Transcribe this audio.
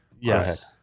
Yes